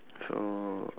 so